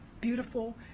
beautiful